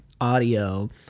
audio